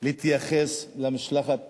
להתייחס למשלחת